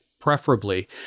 preferably